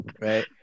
right